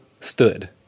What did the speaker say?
Stood